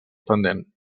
pendent